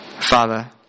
Father